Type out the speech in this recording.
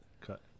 cut